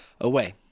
away